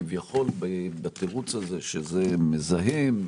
כביכול בתירוץ שזה מזהם,